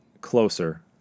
closer